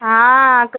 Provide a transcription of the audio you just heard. हँ